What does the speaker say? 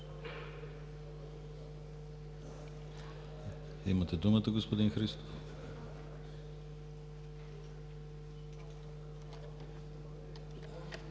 имате думата, господин Христов.